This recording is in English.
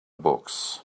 books